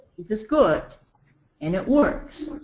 which is good and it works.